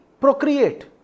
procreate